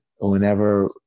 whenever